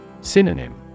Synonym